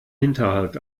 hinterhalt